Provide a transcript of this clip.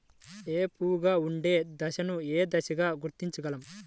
ఏపుగా ఉండే దశను ఏ విధంగా గుర్తించగలం?